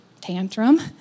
tantrum